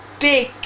big